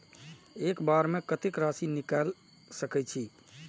एक बार में कतेक राशि निकाल सकेछी?